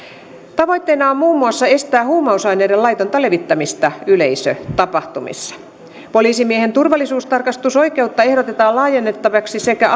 tavoitteena on muun muassa estää huumausaineiden laitonta levittämistä yleisötapahtumissa poliisimiehen turvallisuustarkastusoikeutta ehdotetaan laajennettavaksi sekä